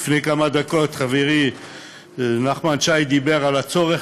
לפני כמה דקות חברי נחמן שי דיבר על הצורך